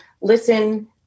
listen